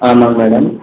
ஆமாம் மேடம்